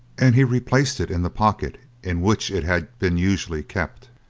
and he replaced it in the pocket in which it had been usually kept,